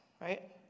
Right